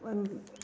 ओनाही